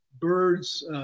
Birds